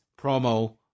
promo